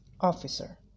officer